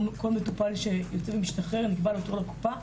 כל מטופל שיוצא ומשתחרר, נקבע לו תור בקופה.